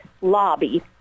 lobby